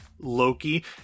Loki